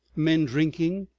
men drinking,